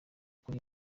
kuri